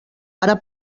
ara